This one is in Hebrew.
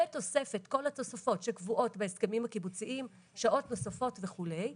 בתוספת כל התוספות שקבועות בהסכמים הקיבוציים - שעות נוספות וכולי.